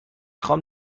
خوام